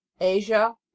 Asia